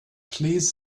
please